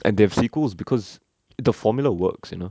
and they have sequels because the formula works you know